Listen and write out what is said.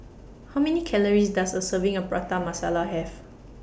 How Many Calories Does A Serving of Prata Masala Have